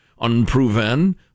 unproven